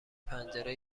پنجره